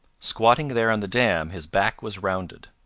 squatting there on the dam his back was rounded.